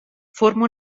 forma